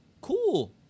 cool